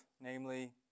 namely